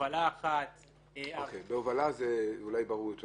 שהובלה אחת --- בהובלה זה אולי ברור יותר.